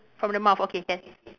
from the mouth okay can